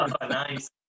Nice